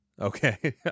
Okay